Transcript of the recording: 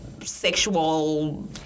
sexual